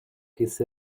kiss